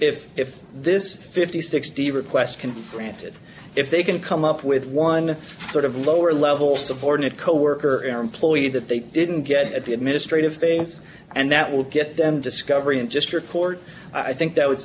if if this fifty sixty request confronted if they can come up with one sort of lower level subordinate coworker employee that they didn't get at the administrative things and that will get them discovery and just record i think that would